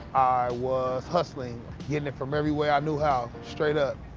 i was hustling, getting it from everywhere i knew how, straight up.